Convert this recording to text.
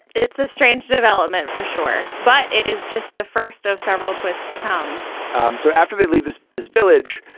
it's a strange development for sure, but it is just the first of several twists to come um so after they leave this this village,